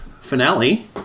finale